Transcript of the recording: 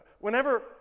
Whenever